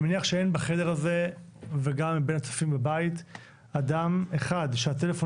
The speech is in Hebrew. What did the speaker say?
אני מניח שאין בחדר הזה וגם מבין הצופים בבית אדם אחד שהטלפון